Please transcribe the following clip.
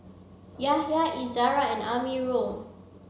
Yahya Izara and Amirul